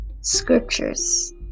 scriptures